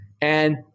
And-